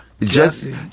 Jesse